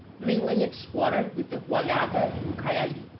mingling its waters with the huallaga and ucayali,